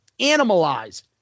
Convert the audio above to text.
Animalize